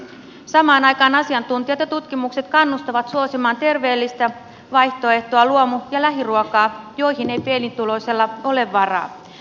samaan aikaan asiantuntijat ja tutkimukset kannustavat suosimaan terveellistä vaihtoehtoa luomu ja lähiruokaa joihin ei pienituloisella ole varaa